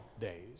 days